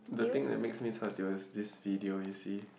the thing that makes me chua tio is this video you see